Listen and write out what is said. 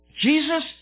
Jesus